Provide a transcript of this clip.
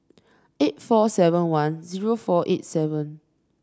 eight four seven one zero four eight seven